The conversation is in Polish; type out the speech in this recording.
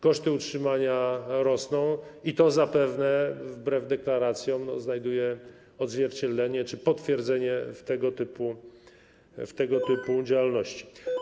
Koszty utrzymania rosną i to zapewne, wbrew deklaracjom, znajduje odzwierciedlenie czy potwierdzenie w tego typu działalności.